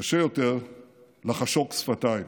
קשה יותר לחשוק שפתיים.